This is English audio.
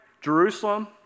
Jerusalem